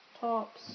tops